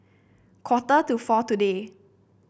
quarter to four today